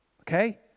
okay